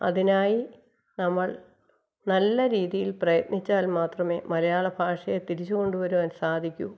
അതിനായി നമ്മൾ നല്ല രീതിയിൽ പ്രയത്നിച്ചാൽ മാത്രമേ മലയാള ഭാഷയെ തിരിച്ചു കൊണ്ടുവരാൻ സാധിക്കൂ